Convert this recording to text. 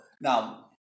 Now